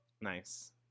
Nice